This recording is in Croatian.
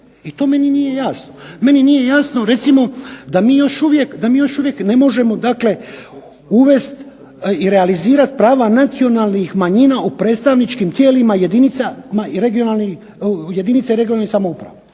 i to meni nije jasno. Meni nije jasno recimo da mi još uvijek ne možemo uvest i realizirat prava nacionalnih manjina u predstavničkim tijelima jedinica regionalnih samouprava.